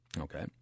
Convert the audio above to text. Okay